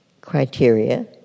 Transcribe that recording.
criteria